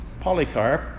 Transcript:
Polycarp